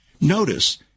Notice